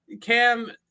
Cam